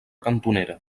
cantonera